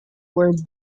where